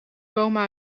komen